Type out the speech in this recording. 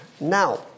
Now